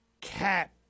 cat